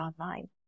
online